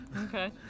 Okay